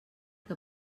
que